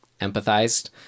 empathized